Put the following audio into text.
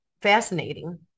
fascinating